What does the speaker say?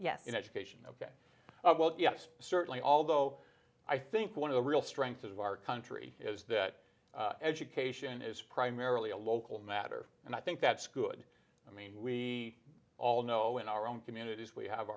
education in education ok well yes certainly although i think one of the real strengths of our country is that education is primarily a local matter and i think that's good i mean we all know in our own communities we have